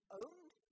owned